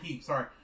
sorry